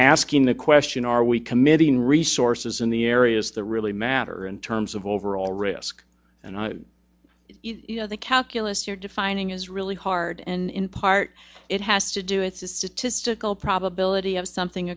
asking the question are we committing resources in the areas that really matter in terms of overall risk and you know the calculus you're defining is really hard and in part it has to do with the statistical probability of something